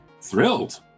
Thrilled